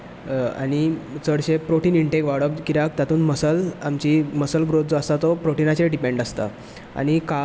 आनी चडशें protein intake वाडप कित्याक तातूंत मसल आमची मसल ग्रोथ जो आसा तो प्रोटीनाचेर डिपेन्ड आसता